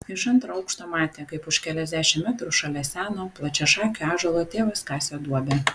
iš antro aukšto matė kaip už keliasdešimt metrų šalia seno plačiašakio ąžuolo tėvas kasė duobę